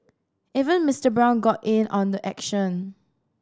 even Mister Brown got in on the action